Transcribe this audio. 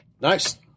Nice